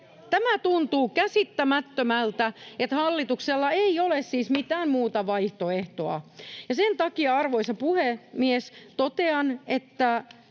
Tämä tuntuu käsittämättömältä, että hallituksella ei ole siis mitään muuta vaihtoehtoa. Sen takia, arvoisa puhemies, totean, että